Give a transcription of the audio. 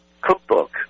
Cookbook